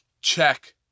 check